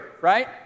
right